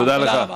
תודה רבה.